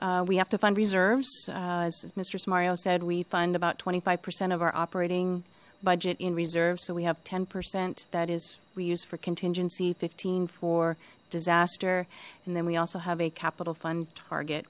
like we have to fund reserves as mister samar you said we find about twenty five percent of our operating budget in reserves so we have ten percent that is we use for contingency fifteen for disaster and then we also have a capital fund target